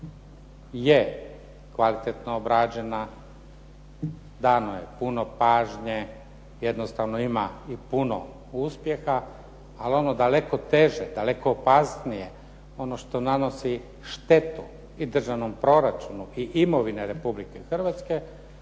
je kvalitetno obrađena, dano je puno pažnje, jednostavno ima i puno uspjeha ali ono daleko teže, daleko opasnije, ono što nanosi štetu i državnom proračunu i imovini Republike Hrvatske